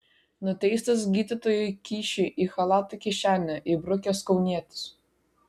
nuteistas gydytojui kyšį į chalato kišenę įbrukęs kaunietis